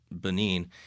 Benin